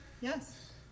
yes